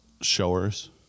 Showers